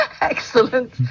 excellent